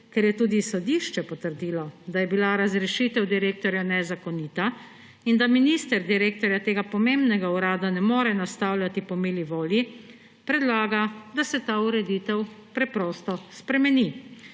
Ker je tudi sodišče potrdilo, da je bila razrešitev direktorja nezakonita in da minister direktorja tega pomembnega urada ne more nastavljati po mili volji, predlaga, da se ta ureditev preprosto spremeni.